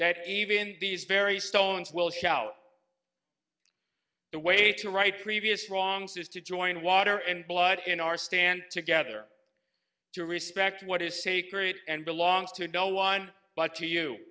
that even these very stones will shout the way to right previous wrongs is to join water and blood in our stand together to respect what is sacred and belongs to no one but to you